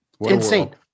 Insane